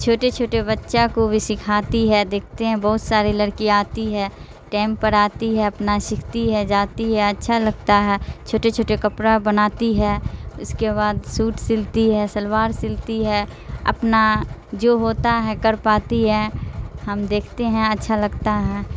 چھوٹے چھوٹے بچہ کو بھی سکھاتی ہے دیکھتے ہیں بہت سارے لڑکی آتی ہے ٹیم پر آتی ہے اپنا سیکھتی ہے جاتی ہے اچھا لگتا ہے چھوٹے چھوٹے کپڑا بناتی ہے اس کے بعد سوٹ سلتی ہے سلوار سلتی ہے اپنا جو ہوتا ہے کر پاتی ہے ہم دیکھتے ہیں اچھا لگتا ہے